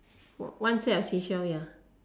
one set of seashell ya